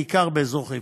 בעיקר באזור חיפה.